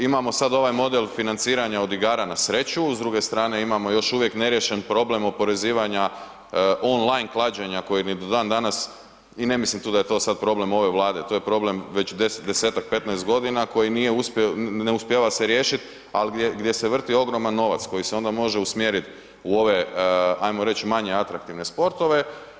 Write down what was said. Imamo sada ovaj model financiranja od igara na sreću, s druge strane imamo još uvijek neriješen problem oporezivanja online klađenja koji ni do dan danas, i ne mislim da je tu sada problem ove Vlade, to je problem već desetak, 15 godina koji se ne uspijeva riješit, ali gdje se vrti ogroman novac koji se onda može usmjeriti u ove ajmo reći manje atraktivne sportove.